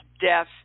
death